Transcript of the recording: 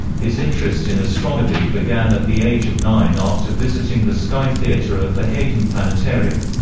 his interest in astronomy began at the age of nine after visiting the sky theater of the hayden planetarium.